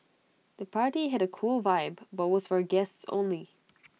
the party had A cool vibe but was for guests only